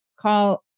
call